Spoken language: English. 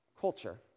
culture